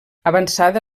avançada